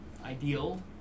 ideal